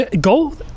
Go